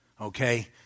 Okay